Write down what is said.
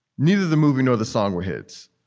neither the movie nor the song were hits,